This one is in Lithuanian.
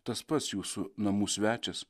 tas pats jūsų namų svečias